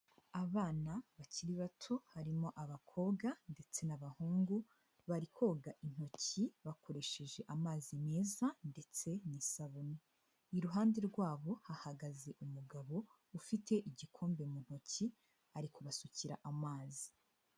Abana bakiri bato, harimo abakobwa ndetse n'abahungu, bari koga intoki bakoresheje amazi meza ndetse n'isabune, iruhande rwabo hahagaze umugabo ufite igikombe mu ntoki ari kubasukira amazi.